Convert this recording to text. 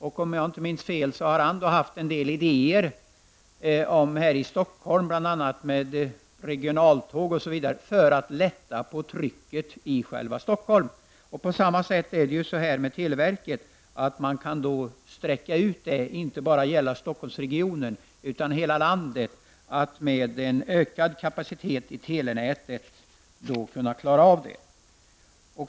Om jag inte minns fel har han haft en del idéer om regionaltåg och annat för att lätta på trycket i Stockholm. På samma sätt är det med televerket. Man bör sträcka ut verksamhet till att inte bara gälla Stockholmsregionen utan hela landet, och med en ökad kapacitet i telenätet kan man klara av detta.